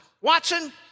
Watson